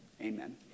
Amen